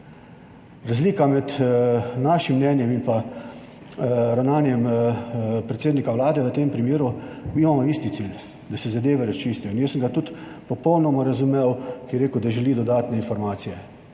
Razlika med našim mnenjem in pa ravnanjem predsednika Vlade v tem primeru, mi imamo isti cilj, da se zadeve razčistijo in jaz sem ga tudi popolnoma razumel, ko je rekel, da želi dodatne informacije,